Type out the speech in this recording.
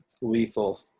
lethal